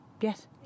Yes